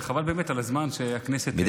באמת חבל על הזמן שהכנסת שורפת,